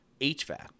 HVAC